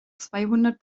zweihundert